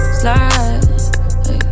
slide